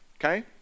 okay